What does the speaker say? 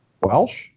Welsh